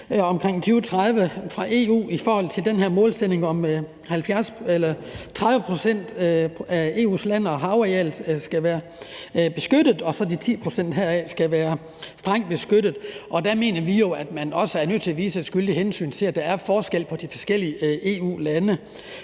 for 2030 fra EU med en målsætning om, at 30 pct. af EU's land- og havareal skal være beskyttet, og at 10 pct. heraf skal være strengt beskyttet. Der mener vi jo, at man også er nødt til at vise skyldigt hensyn til, at der er forskel på de forskellige EU-lande.